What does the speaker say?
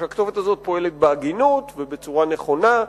ושהכתובת הזאת פועלת בהגינות ובצורה נכונה,